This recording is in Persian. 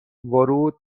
ورود